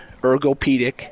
Ergopedic